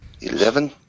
Eleven